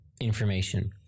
information